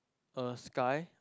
a sky